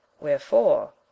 wherefore